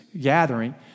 gathering